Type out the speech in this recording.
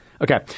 Okay